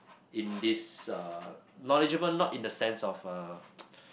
in this uh knowledgeable not in the sense of uh